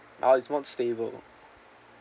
ah it's more stable